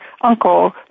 uncle